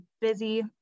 busy